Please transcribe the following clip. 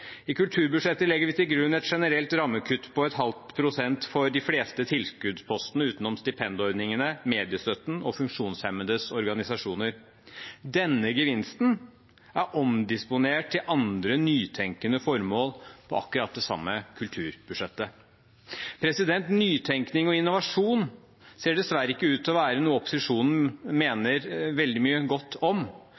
I kulturbudsjettet legger vi til grunn et generelt rammekutt på 0,5 pst. for de fleste tilskuddspostene, utenom stipendordningene, mediestøtten og funksjonshemmedes organisasjoner. Denne gevinsten er omdisponert til andre nytenkende formål på det samme kulturbudsjettet. Nytenkning og innovasjon ser dessverre ikke ut til å være noe opposisjonen